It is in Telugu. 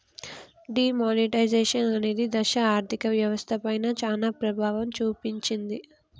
డీ మానిటైజేషన్ అనేది దేశ ఆర్ధిక వ్యవస్థ పైన చానా ప్రభావం చూపించింది